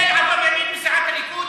כולל עבריינים בסיעה שלך?